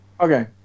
Okay